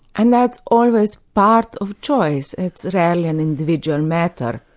and that's always part of choice. it's rarely an individual matter.